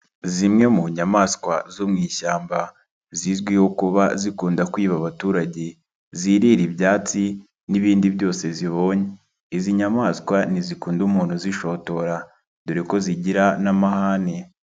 Zimwe mu nyamaswa zo mu ishyamba zizwiho kuba zikunda kwiba abaturage, zirira ibyatsi n'ibindi byose zibonye, izi nyamaswa ntizikunda umuntu uzishotora, dore ko zigira n'amahane.